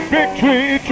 Victory